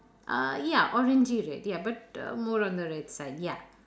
uh ya orangery red ya but uh more on the red side ya